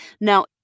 Now